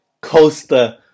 Coaster